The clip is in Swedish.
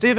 genomsnitt.